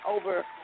over